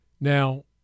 Now